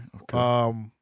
Okay